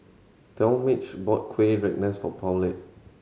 Talmage bought Kuih Rengas for Paulette